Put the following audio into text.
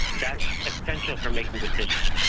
that's essential for making decisions.